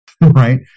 right